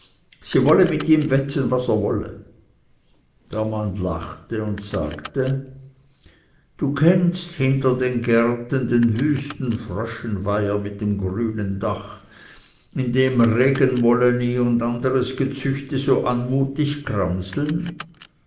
sie wolle mit ihm wetten was er wolle der mann lachte und sagte du kennst hinter den gärten den wüsten fröschenweiher mit dem grünen dach in dem regenmolleni und anderes gezüchte so anmutig